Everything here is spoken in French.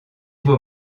vos